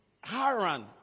Haran